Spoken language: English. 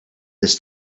this